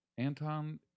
Anton